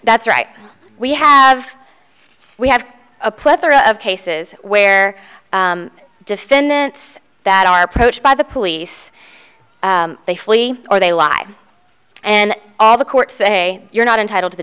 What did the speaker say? that's right we have we have a plethora of cases where defendants that are approached by the police they flee or they lie and all the court say you're not entitled to the